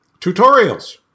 tutorials